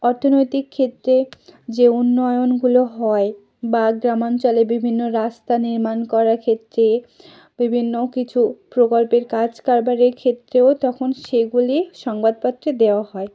অর্থনৈতিক ক্ষেত্রে যে উন্নয়নগুলো হয় বা গ্রামাঞ্চলে বিভিন্ন রাস্তা নির্মাণ করার ক্ষেত্রে বিভিন্ন কিছু প্রকল্পের কাজ কারবারের ক্ষেত্রেও তখন সেইগুলি সংবাদপত্রে দেওয়া হয়